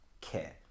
care